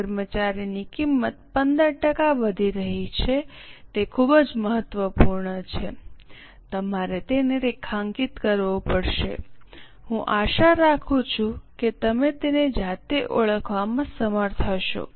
કર્મચારીની કિંમત 15 ટકા વધી રહી છે તે ખૂબ જ મહત્વપૂર્ણ છે તમારે તેને રેખાંકિત કરવું પડશે હું આશા રાખું છું કે તમે તેને જાતે ઓળખવામાં સમર્થ હશો